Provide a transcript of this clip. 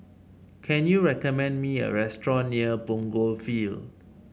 can you recommend me a restaurant near Punggol Field